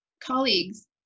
colleagues